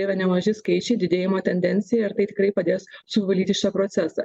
yra nemaži skaičiai didėjimo tendencija ir tai tikrai padės suvaldyti šitą procesą